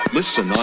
listen